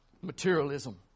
materialism